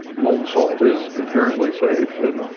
molten salt is inherently safe,